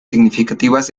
significativas